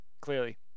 clearly